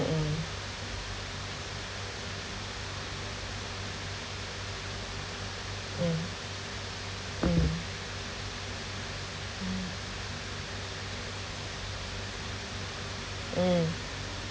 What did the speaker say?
mm mm mm mm mm